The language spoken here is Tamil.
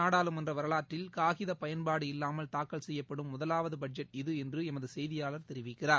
நாடாளுமன்றவரலாற்றில் காகிதபயன்பாடு இல்லாமல் தாக்கல் செய்யப்படும் முதலாவதுபட்ஜெட் என்றுஎமதுசெய்தியாளர் இது தெரிவிக்கிறார்